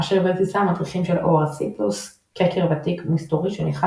אשר בבסיסה המדריכים של +ORC - קראקר ותיק ומסתורי שניחן